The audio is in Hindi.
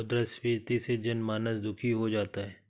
मुद्रास्फीति से जनमानस दुखी हो जाता है